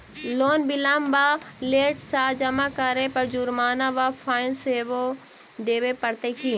Loan विलंब वा late सँ जमा करै पर जुर्माना वा फाइन सेहो देबै पड़त की?